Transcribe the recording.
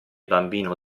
bambino